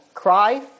Cry